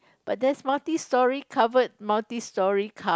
but there's multi storey covered multi storey car